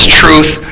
truth